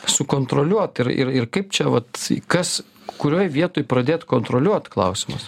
sukontroliuot ir ir kaip čia vat kas kurioj vietoj pradėt kontroliuot klausimas